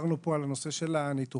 ודיברנו פה על הנושא של ניתוחים,